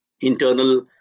internal